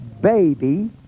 baby